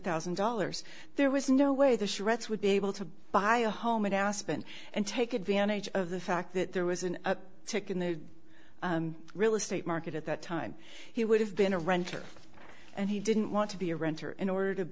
thousand dollars there was no way the shreds would be able to buy a home in aspen and take advantage of the fact that there was an up tick in the real estate market at that time he would have been a renter and he didn't want to be a renter in order to